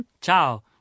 Ciao